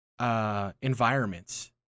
Environments